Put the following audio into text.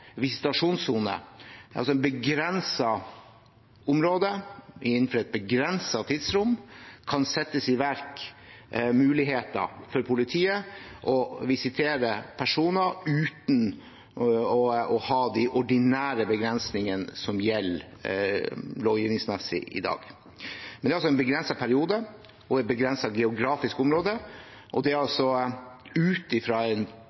er altså at det i et begrenset område innenfor et begrenset tidsrom kan settes i verk muligheter for politiet til å visitere personer uten å ha de ordinære begrensningene som gjelder lovgivningsmessig i dag. Men det gjelder altså i en begrenset periode og i et begrenset geografisk område, og det er altså ut fra en